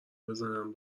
بزنم